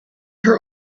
her